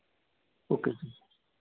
okay